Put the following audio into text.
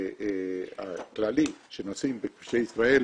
הכללי שנוסעים בכבישי ישראל,